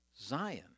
Zion